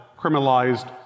criminalized